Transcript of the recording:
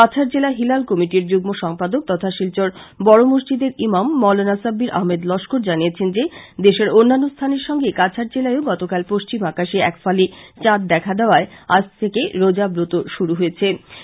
কাছাড় জেলা হিলাল কমিটির যুগ্ম সম্পাদক তথা শিলচর বড় মসজিদের ইমাম মৌলানা সাব্বির আহমেদ লস্কর জানিয়েছেন যে দেশের অন্যান্য স্থানের সংগে কাছাড় জেলায় ও গতকাল পশ্চিম আকাশে এক ফালি চাদ দেখা দেওয়ায় আজ থেকে রোজা ব্রত শুরু হচ্ছেে